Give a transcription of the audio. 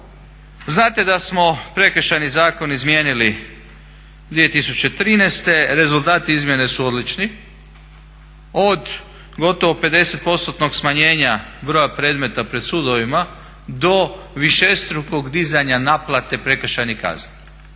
Znate da smo Prekršajni zakon izmijenili 2013., rezultati izmjene su odlični, od gotovo 50%tnog smanjenja broja predmeta pred sudovima do višestrukog dizanja naplate prekršajnih kazni.